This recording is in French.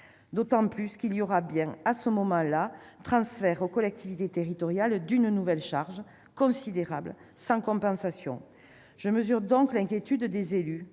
D'autant plus qu'il y aura bien, à ce moment-là, transfert aux collectivités territoriales d'une nouvelle charge, considérable, sans compensation. Je mesure donc l'inquiétude des élus,